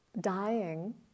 dying